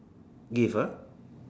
give ah